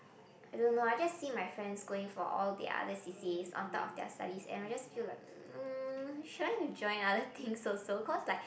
I don't know I just see my friends going for all the other C_C_As on top of their studies and I just feel like mm should I join other things also cause like